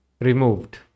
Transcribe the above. removed